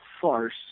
farce